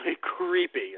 creepy